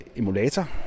emulator